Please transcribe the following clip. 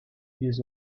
ils